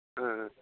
ஆ ஆ